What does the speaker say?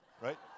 right